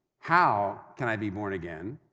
how can i be born again?